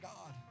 God